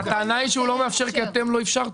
הטענה היא שהוא לא מאפשר כי אתם לא אפשרתם.